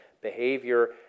behavior